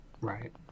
Right